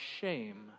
shame